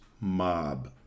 mob